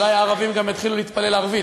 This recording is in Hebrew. אולי הערבים גם יתחילו להתפלל ערבית,